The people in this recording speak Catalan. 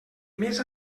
més